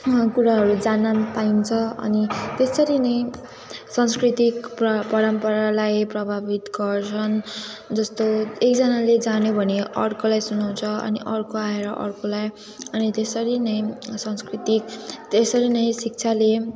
कुराहरू जान्न पाइन्छ अनि त्यसरी नै सांस्कृतिक प्र परम्परालाई प्रभावित गर्छन् जस्तो एकजनाले जान्यो भने अर्कोलाई सुनाउँछ अनि अर्को आएर अर्कोलाई अनि त्यसरी नै सांस्कृतिक त्यसरी नै शिक्षाले